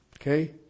Okay